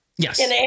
Yes